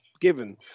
given